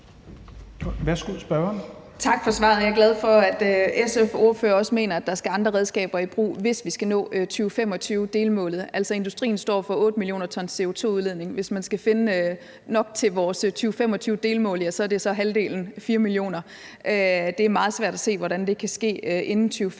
Tak for svaret. Jeg er glad for, at SF's ordfører også mener, at der skal andre redskaber i brug, hvis vi skal nå 2025-delmålet. Altså, industrien står for 8 mio. t CO2-udledning, og hvis man skal finde nok til vores 2025-delmål, er det halvdelen af det, altså 4 mio. t CO2-udledning. Det er meget svært at se, hvordan det kan ske inden 2025